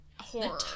horror